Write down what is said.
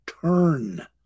turn